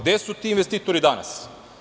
Gde su ti investitori danas?